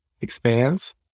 expands